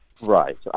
Right